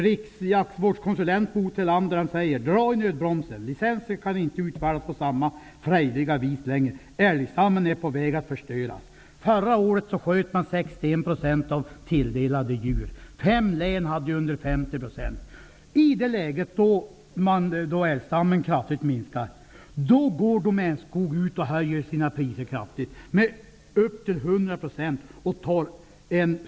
Riksjaktvårdskonsulent Bo Thelander säger: ''Dra i nödbromsen! Licenser kan inte utfärdas på samma frejdiga vis längre. Älgstammen är på väg att förstöras.'' Förra året sköts 61 % av de tilldelade djuren. I fem län sköt man under 50 %. I det läget, när älgstammen kraftigt minskar, går DomänSkog ut och höjer sina priser kraftigt -- upp till 100 %.